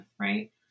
right